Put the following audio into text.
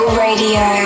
radio